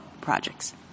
projects